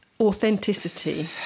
authenticity